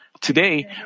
Today